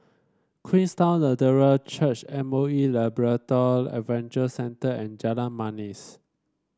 Queenstown Lutheran Church M O E Labrador Adventure Center and Jalan Manis